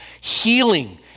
healing